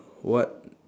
what